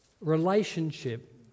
relationship